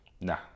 Nah